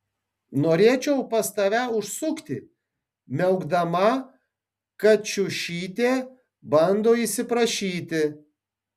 norėčiau pas tave užsukti miaukdama kačiušytė bando įsiprašyti